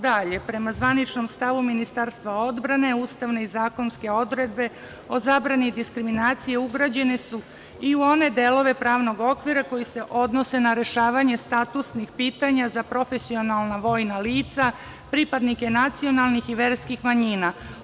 Dalje, prema zvaničnom stavu Ministarstva odbrane ustavne i zakonske odredbe o zabrani diskriminacije ugrađene su i u one delove pravnog okvira koji se odnose na rešavanje statusnog pitanja za profesionalna vojna lica, pripadnike nacionalnih i verskih manjina.